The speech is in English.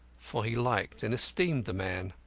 for he liked and esteemed the man.